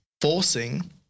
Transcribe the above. forcing